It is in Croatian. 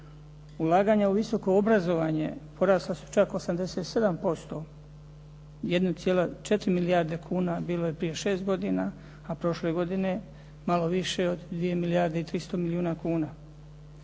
Ulaganja u visoko obrazovanje porasla su čak 87%. 1,4 milijarde kuna bilo je prije šest godina, a prošle godine malo više od 2 milijarde i 300 milijuna kuna.